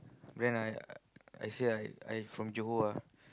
then I I say I I from Johor ah